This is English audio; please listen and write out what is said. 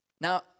Now